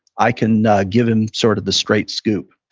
i can give him sort of the straight scoop.